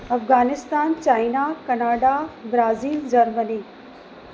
Afghanistan China Canada Brazil Germany